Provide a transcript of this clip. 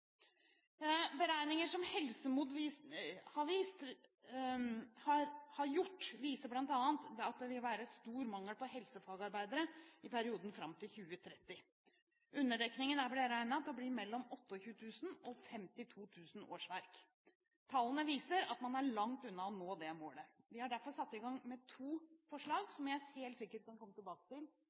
har gjort, viser bl.a. at det vil være stor mangel på helsefagarbeidere i perioden fram til 2030. Underdekningen er beregnet til å bli mellom 28 000 og 52 000 årsverk. Tallene viser at man er langt unna å nå det målet. Vi har derfor satt i gang to forsøk, som jeg helt sikker kan komme tilbake til